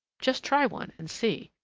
just try one and see.